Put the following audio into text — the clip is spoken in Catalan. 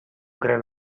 gran